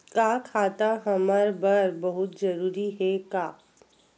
का खाता हमर बर बहुत जरूरी हे का?